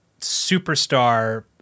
superstar